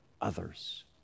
others